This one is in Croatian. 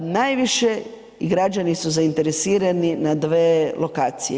Najviše građani su zainteresirani na dvije lokacije.